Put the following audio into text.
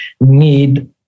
need